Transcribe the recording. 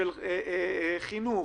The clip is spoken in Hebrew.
של חינוך,